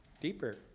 Deeper